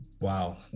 wow